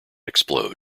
explode